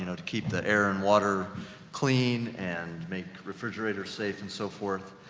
you know to keep the air and water clean, and make refrigerators safe and so forth,